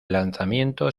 lanzamiento